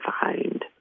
find